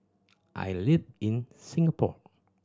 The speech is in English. I live in Singapore